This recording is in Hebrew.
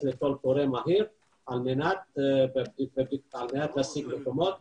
בקול קורא מהיר על מנת להשיג מקומות.